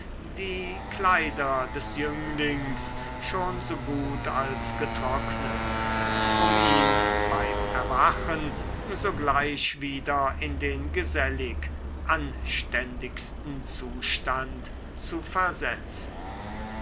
die kleider des jünglings schon so gut als getrocknet um ihn beim erwachen sogleich wieder in den gesellig anständigsten zustand zu versetzen